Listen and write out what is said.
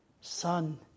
Son